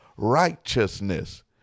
righteousness